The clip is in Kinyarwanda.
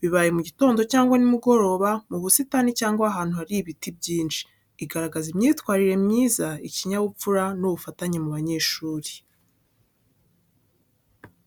Bibaye mu gitondo cyangwa nimugoroba, mu busitani cyangwa ahantu hari ibiti byinshi. Igaragaza imyitwarire myiza, ikinyabupfura, n’ubufatanye mu banyeshuri.